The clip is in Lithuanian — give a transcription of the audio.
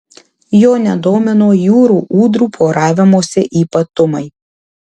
jo nedomino jūrų ūdrų poravimosi ypatumai